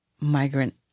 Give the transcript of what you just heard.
migrant